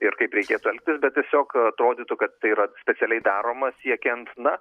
ir kaip reikėtų elgtis bet tiesiog atrodytų kad tai yra specialiai daroma siekiant na